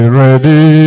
ready